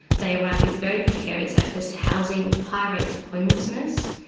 they arrived with very precarious access to housing, high rates of homelessness,